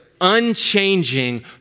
unchanging